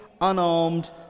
unarmed